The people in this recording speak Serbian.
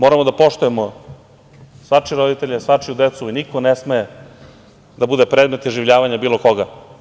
Moramo da poštujemo svačije roditelje, svačiju decu i niko ne sme da bude predmet iživljavanja bilo koga.